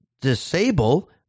disable